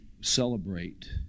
celebrate